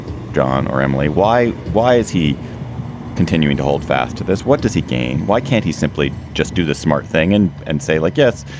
john or emily? why why is he continuing to hold fast to this? what does he gain? why can't he simply just do the smart thing and and say, like, yes,